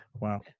wow